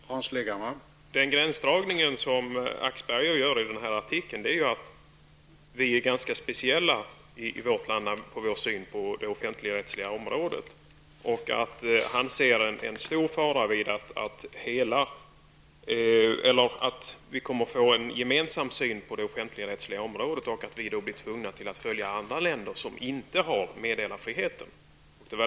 Herr talman! Den gränsdragning som Axberger gör i artikeln är att vi i vårt land är ganska speciella i vår syn när det gäller det offentligrättsliga området. Han ser en stor fara i att det blir en gemensam syn på det offentligrättsliga området. Vi skulle då bli tvungna att följa andra länder som inte har meddelarfriheten.